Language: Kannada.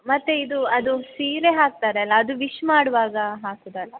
ಮತ್ತೆ ಇದು ಅದು ಸೀರೆ ಹಾಕ್ತಾರಲ್ಲ ಅದು ವಿಶ್ ಮಾಡುವಾಗ ಹಾಕುದಲ್ಲಾ